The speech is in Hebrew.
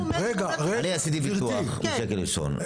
אני עשיתי ביטוח משקל ראשון.